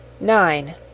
Nine